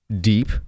deep